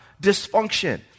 dysfunction